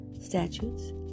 statutes